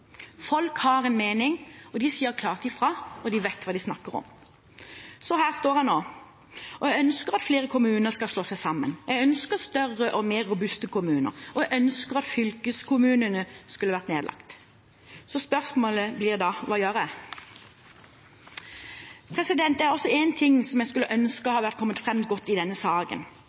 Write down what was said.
Folk har en mening, de sier klart ifra, og de vet hva de snakker om. Så her står jeg nå og ønsker at flere kommuner skal slå seg sammen. Jeg ønsker større og mer robuste kommuner, og jeg ønsker at fylkeskommunene skulle vært nedlagt. Så spørsmålet blir da: Hva gjør jeg? Det er også en ting som jeg skulle ønsket hadde kommet godt fram i denne saken,